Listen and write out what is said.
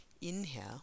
Inhale